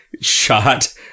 shot